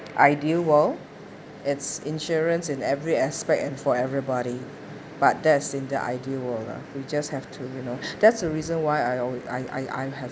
ideal world it's insurance in every aspect and for everybody but that's in the ideal world lah you just have to you know that's the reason why I alway~ I I I have